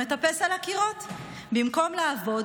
הוא מטפס על הקירות במקום לעבוד,